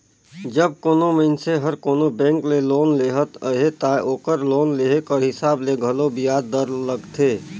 जब कोनो मइनसे हर कोनो बेंक ले लोन लेहत अहे ता ओकर लोन लेहे कर हिसाब ले घलो बियाज दर लगथे